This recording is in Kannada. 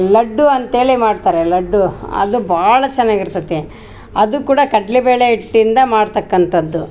ಲಡ್ಡು ಅಂತ್ಹೇಳಿ ಮಾಡ್ತಾರೆ ಲಡ್ಡು ಅದು ಭಾಳ ಚೆನ್ನಾಗಿ ಇರ್ತತಿ ಅದು ಕೂಡ ಕಡ್ಲೆಬೇಳೆ ಹಿಟ್ಟಿಂದ ಮಾಡ್ತಕ್ಕಂಥದ್ದು